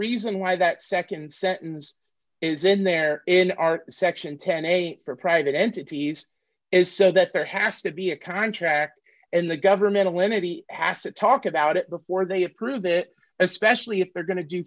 reason why that nd sentence is in there in our section ten a for private entities is said that there has to be a contract and the governmental entity has to talk about it before they approve it especially if they're going to do